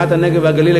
מבחינת הנגב והגליל,